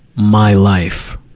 my life,